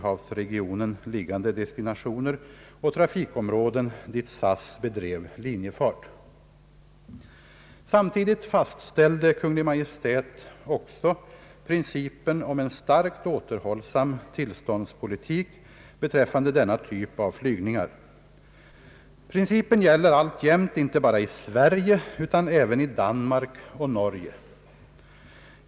Samtidigt fastställde Kungl. Maj:t också principen om en starkt återhållsam tillståndspolitik beträffande denna typ av flygningar. Principen gäller alltjämt inte bara i Sverige utan även i Danmark och Norge.